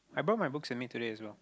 I brought my books with me today as well